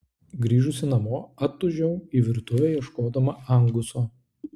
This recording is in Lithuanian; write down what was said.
grįžusi namo atūžiau į virtuvę ieškodama anguso